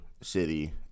city